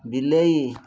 ବିଲେଇ